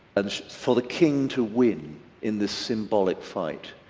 and for the king to win in this symbolic fight.